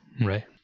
right